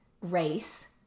race